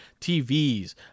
TVs